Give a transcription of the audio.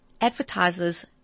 advertisers